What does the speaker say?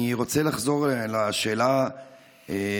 אני רוצה לחזור על השאלה הראשונה,